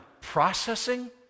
processing